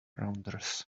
rounders